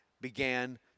began